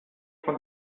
von